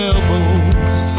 Elbows